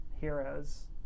heroes